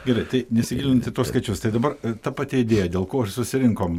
gerai tai nesigilinant į tuos skaičius tai dabar ta pati idėja dėl ko ir susirinkom